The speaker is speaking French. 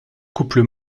couple